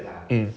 mm